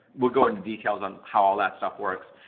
we'll go into details on how all that stuff works.